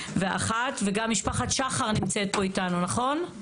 וגם משפחת שחר נמצאת פה איתנו, נכון?